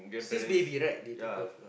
since baby right they take care of